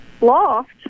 loft